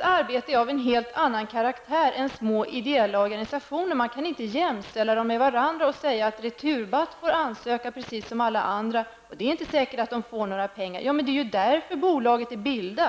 arbete är av en helt annan karaktär än små ideella organisationers. Man kan inte jämställa dem med varandra och säga att Returbatt får ansöka precis som alla andra och att det inte är säkert att företaget får några pengar. Men det är ju därför bolaget är bildat!